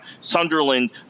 Sunderland